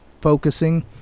focusing